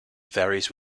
varies